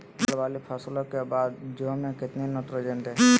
दाल वाली फसलों के बाद में जौ में कितनी नाइट्रोजन दें?